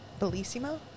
Bellissimo